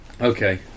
Okay